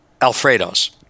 Alfredo's